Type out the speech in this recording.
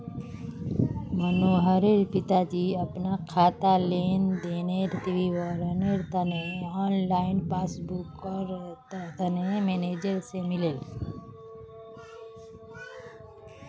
मनोहरेर पिताजी अपना खातार लेन देनेर विवरनेर तने ऑनलाइन पस्स्बूकर तने मेनेजर से मिलले